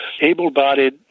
Able-bodied